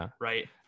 right